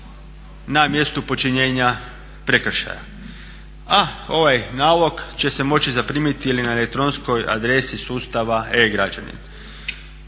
na mjestu počinjenja prekršaja. A ovaj nalog će se moći zaprimiti ili na elektronskoj adresi sustava e-građanin.